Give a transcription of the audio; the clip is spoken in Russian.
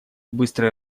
быстрый